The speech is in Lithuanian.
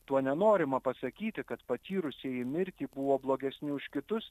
tuo nenorima pasakyti kad patyrusieji mirtį buvo blogesni už kitus